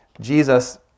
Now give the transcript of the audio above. Jesus